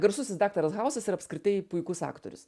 garsusis daktaras hausas ir apskritai puikus aktorius